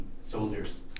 soldiers